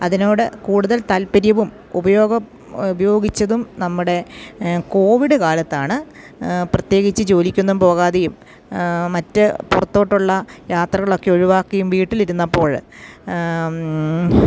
അതിനോട് കൂടുതൽ താല്പര്യവും ഉപയോഗിച്ചതും നമ്മുടെ കോവിഡ് കാലത്താണ് പ്രത്യേകിച്ച് ജോലിക്കൊന്നും പോകാതെയും മറ്റ് പുറത്തോട്ടുള്ള യാത്രകളൊക്കെ ഒഴിവാക്കുകയും വീട്ടിലിരുന്നപ്പോഴ്